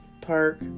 park